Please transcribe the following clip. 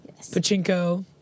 Pachinko